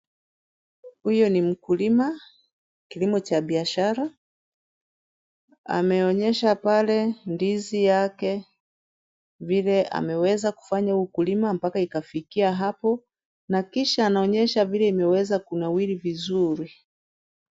Huyu ni mkulima. Kilimo cha biashara. Ameonyesha pale ndizi yake vile ameweza kufanya ukulima mpaka ikafikia hapo na kisha anaonyesha vile imeweza kunawiri vizuri.